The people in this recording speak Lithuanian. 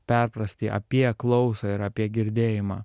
perprasti apie klausą ir apie girdėjimą